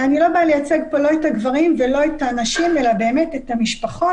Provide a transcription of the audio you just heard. אני לא באה לייצג פה לא את הגברים ולא את הנשים אלא באמת את המשפחות